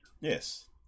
Yes